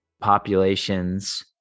populations